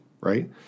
right